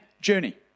journey